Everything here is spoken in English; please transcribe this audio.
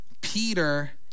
Peter